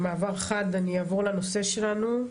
במעבר חד, אני אעבור לנושא שעל סדר-היום.